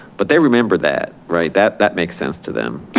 but they remember that right, that that makes sense to them.